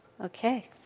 Okay